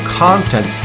content